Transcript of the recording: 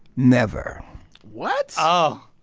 never what? oh